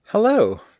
Hello